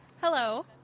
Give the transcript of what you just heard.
Hello